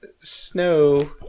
Snow